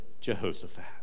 Jehoshaphat